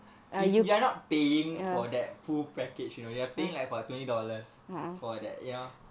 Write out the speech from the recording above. if you are not paying for that full package you know you are paying like twenty dollars for that you know